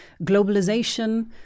globalization